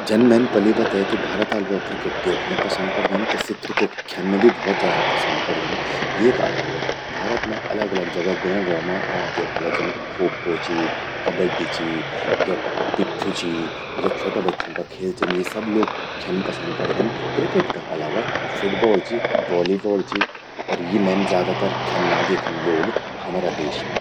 जन मैन पलि बते कि भारता ल्वो क्रिकेट द्योखण ज्यादा पसंद करदन त सि क्रिकेट ख्यन्न भि भौत ज्यादा पसंद करदन। येका अलावा भारत मां अलग अलग जगा गौं-गौं मां आप द्योखला जन खो-खो चि, कबड्डी चि या प्ट्ठू चि या छ्वटा बच्चूं का खेल छिन, यि सब लोग ख्यन्न पसंद करदन। क्रिकेट का अलावा फुटबॉल चि, बॉलीवॉल चि और यि मेन ज्यादा ख्यन्ना देखिन लोग हमरा देश मां।